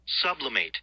Sublimate